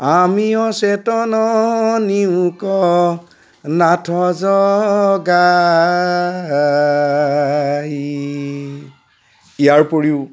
আমিঅ চেতন নিয়োক নাথ জগায় ইয়াৰ উপৰিও